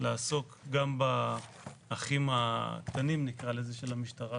לעסוק גם בפכים הקטנים של המשטרה,